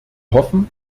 hoffen